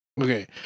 Okay